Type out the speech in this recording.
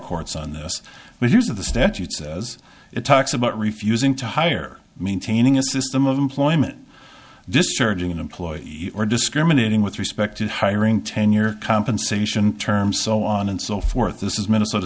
courts on this but use of the statute says it talks about refusing to hire maintaining a system of employment discharging an employee or discriminating with respect to hiring tenure compensation terms so on and so forth this is minnesota